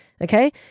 Okay